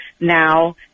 now